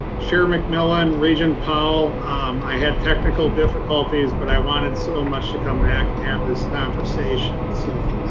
chair mcmillan, regent powell i had technical difficulties but i wanted so much to come back and have this conversation. so